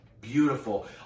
Beautiful